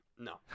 No